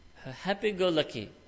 happy-go-lucky